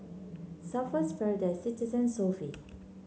Surfer's Paradise Citizen and Sofy